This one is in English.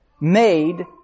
made